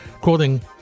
Quoting